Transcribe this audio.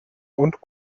und